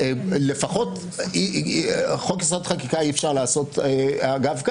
חוק-יסוד: חקיקה אי-אפשר לעשות אגב כך,